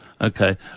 Okay